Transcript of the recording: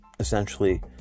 essentially